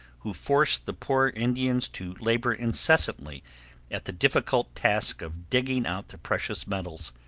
who forced the poor indians to labor incessantly at the difficult task of digging out the precious metals,